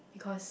cause